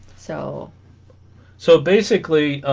so so basically